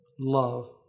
love